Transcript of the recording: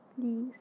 Please